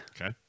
Okay